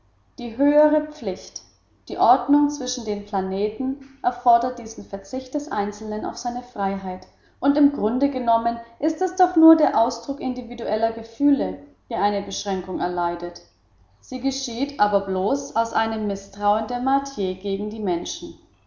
die höhere pflicht die ordnung zwischen den planeten erfordert diesen verzicht des einzelnen auf seine freiheit und im grunde genommen ist es doch nur der ausdruck individueller gefühle der eine beschränkung erleidet sie geschieht aber bloß aus einem mißtrauen der martier gegen die menschen